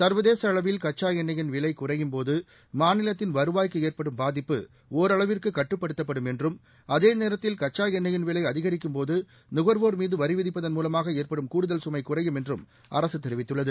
ச்வதேச அளவில் கச்சா எண்ணெய்யின் விலை குறையும் போது மாநிலத்தின் வருவாய்க்கு ஏற்படும் பாதிப்பு ஒரளவிற்கு கட்டுப்படுத்தப்படும் என்றும் அதேநேரத்தில் கச்சா எண்ணெய்யின் விலை அதிகரிக்கும் போது நுக்வோர் மீது வரி விதிப்பதன் மூலமாக ஏற்படும் கூடுதல் சுமையும் குறையும் என்றும் அரசு தெரிவித்துள்ளது